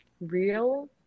real